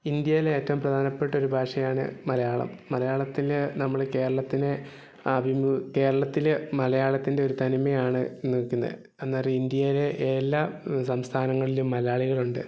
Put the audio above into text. ഇന്ത്യയിലെ ഏറ്റവും പ്രധാനപ്പെട്ട ഒരു ഭാഷയാണ് മലയാളം മലയാളത്തിൽ നമ്മൾ കേരളത്തിലെ കേരളത്തിൽ മലയാളത്തിൻ്റെ ഒരു തനിമയാണ് നിൽക്കുന്നത് എന്നാൽ ഇന്ത്യയിലെ എല്ലാ സംസഥാനങ്ങളിലും മലയാളികളുണ്ട്